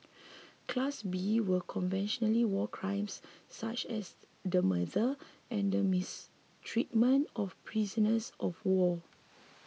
class B were conventional war crimes such as the murder and mistreatment of prisoners of war